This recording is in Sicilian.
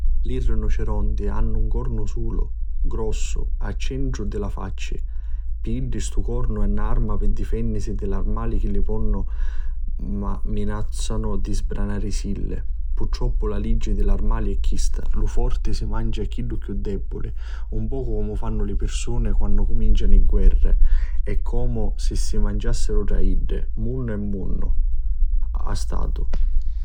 Li rinuceronti hannu un cornu sulu, grossu e a centru di la facci. Pi iddi stu cornu è na arma pi difennisi di dd'armali chi li minazzanu di sbranarisilli. Purtroppu la liggi di l'armali è chista, lu forti si mancia a chiddu chiù debuli. Un pocu comu fannu li pirsuni quannu cumincianu guerri, è comu si si manciassiru tra iddi. Munnu è e munnu ha' statu.